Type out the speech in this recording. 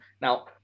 now